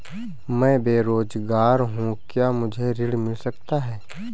मैं बेरोजगार हूँ क्या मुझे ऋण मिल सकता है?